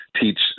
teach